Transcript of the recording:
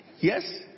Yes